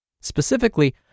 Specifically